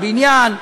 הבניין,